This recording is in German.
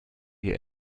ihr